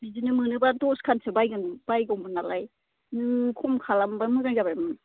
बिदिनो मोनोबा दस खानसो बायगोन बायगौमोन नालाय नों खम खालामोबा मोजां जाबायमोन